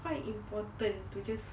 quite important to just